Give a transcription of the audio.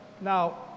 Now